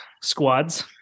squads